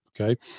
okay